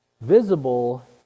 visible